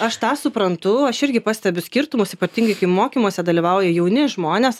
aš tą suprantu aš irgi pastebiu skirtumus ypatingai kai mokymuose dalyvauja jauni žmonės